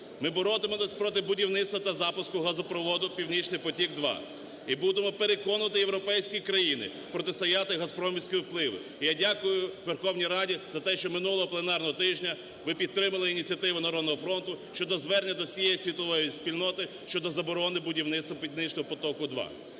Ми боротимемось проти будівництва та запуску газопроводу "Північний потік-2" і будемо переконувати європейські країни протистояти газпромівському впливу. Я дякую Верховній Раді за те, що минулого пленарного тижня ви підтримали ініціативу "Народного фронту" щодо звернення до цієї світової спільноти щодо заборони будівництва "Північного потоку-2".